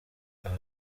aba